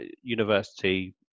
university